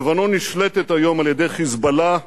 לבנון נשלטת היום על-ידי "חיזבאללה"